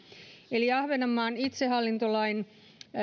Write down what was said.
eli ahvenanmaan itsehallintolain